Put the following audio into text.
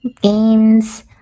games